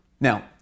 Now